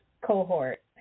cohort